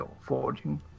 forging